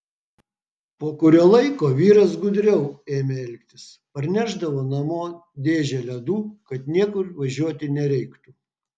po kurio laiko vyras gudriau ėmė elgtis parnešdavo namo dėžę ledų kad niekur važiuoti nereiktų